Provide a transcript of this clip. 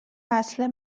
وصله